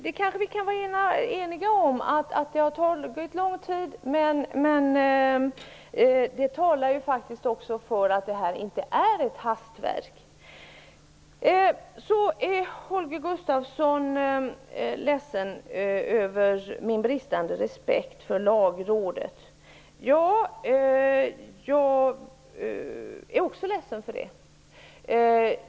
Vi kanske kan vara eniga om att det har tagit lång tid, men det talar ju faktiskt också för att det här inte är ett hastverk. Holger Gustafsson är ledsen över min bristande respekt för Lagrådet. Jag är också ledsen för den.